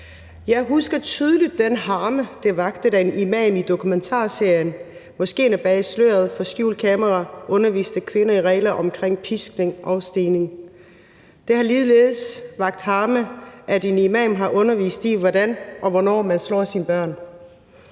Jeg husker tydeligt den harme, det vakte, da en imam i dokumentarserien »Moskéerne bag sløret« for skjult kamera underviste kvinder i regler omkring piskning og stening. Det har ligeledes vakt harme, at en imam har undervist i, hvordan og hvornår man slår sine børn.